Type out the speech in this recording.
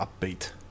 upbeat